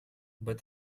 but